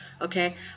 okay